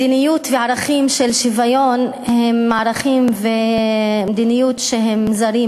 מדיניות וערכים של שוויון הם ערכים ומדיניות שהם זרים